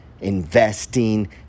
investing